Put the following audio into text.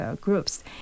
groups